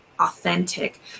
authentic